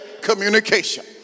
communication